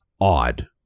odd